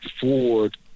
Ford